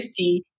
50